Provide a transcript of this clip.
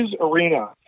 Arena